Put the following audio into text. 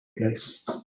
place